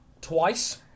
twice